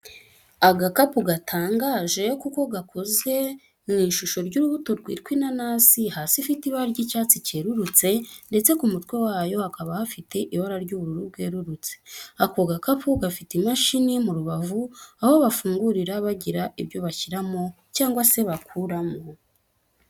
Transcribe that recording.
Agakapu gatangaje kuko gakoze mu ishusho y'urubuto rwitwa inanasi hasi ifite ibara ry'icyatsi cyerurutse ndetse ku mutwe wayo hakaba hafite ibara ry'ubururu bwerurutse. Ako gakapu gafite imashini mu rubavu aho bafungurira bagira ibyo bashyiramo cyangwa se bakuramo.